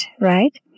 right